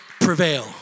prevail